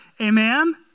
Amen